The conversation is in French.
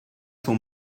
sont